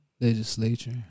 Legislature